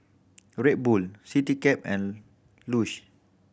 Red Bull Citycab and Lush